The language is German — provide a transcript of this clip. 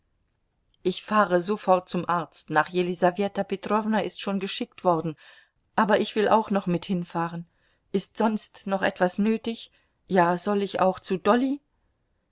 ich fahre sofort zum arzt nach jelisaweta petrowna ist schon geschickt worden aber ich will auch noch mit hinfahren ist sonst noch etwas nötig ja soll ich auch zu dolly